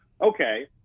Okay